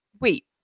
wait